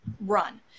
run